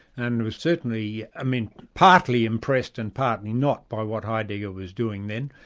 and was certainly, i mean partly impressed and partly not by what heidegger was doing then.